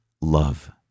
love